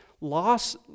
loss